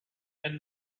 and